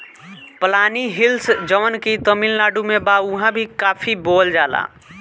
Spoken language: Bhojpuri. पलानी हिल्स जवन की तमिलनाडु में बा उहाँ भी काफी बोअल जाला